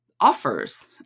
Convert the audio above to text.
offers